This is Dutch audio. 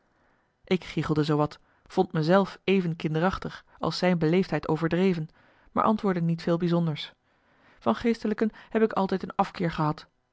ik giegelde zoowat vond me zelf even kinderachtig als zijn beleefdheid overdreven maar antwoordde niet veel bijzonders van geestelijken heb ik altijd een afkeer gehad